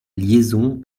liaison